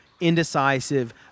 indecisive